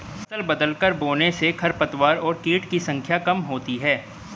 फसल बदलकर बोने से खरपतवार और कीट की संख्या कम होती है